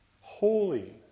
holy